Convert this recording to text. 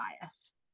bias